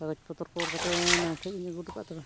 ᱠᱟᱜᱚᱡᱽ ᱯᱚᱛᱨᱚᱠᱚ ᱚᱞ ᱠᱟᱛᱮᱱ ᱟᱢᱴᱷᱮᱡ ᱜᱤᱧ ᱟᱜᱩᱴᱚ ᱠᱟᱜᱼᱟ ᱛᱚᱵᱮ